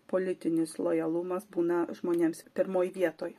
politinis lojalumas būna žmonėms pirmoj vietoj